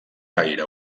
gaire